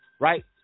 right